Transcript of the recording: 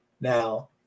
now